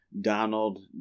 Donald